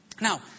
Now